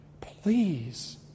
please